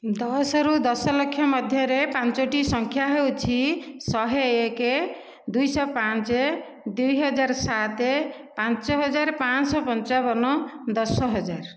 ଦଶରୁ ଦଶଲକ୍ଷ ମଧ୍ୟରେ ପଞ୍ଚୋଟି ସଂଖ୍ୟା ହେଉଛି ଶହେ ଏକ ଦୁଇଶହ ପାଞ୍ଚ ଦୁଇହଜାର ସାତ ପାଞ୍ଚହଜାର ପାଞ୍ଚଶହ ପଞ୍ଚାବନ ଦଶ ହଜାର